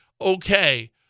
Okay